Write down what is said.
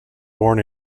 born